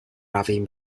رویم